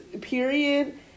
Period